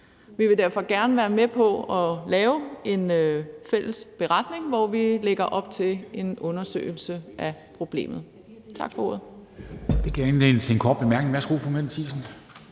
Vi vil derfor gerne være med til at lave en fælles beretning, hvor vi lægger op til en undersøgelse af problemet.